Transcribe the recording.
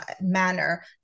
manner